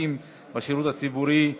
חדשים בשירות הציבורי התקבלה.